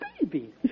baby